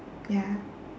ya